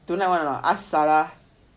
tonight want or not ask salah